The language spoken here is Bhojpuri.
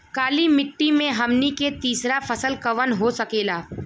काली मिट्टी में हमनी के तीसरा फसल कवन हो सकेला?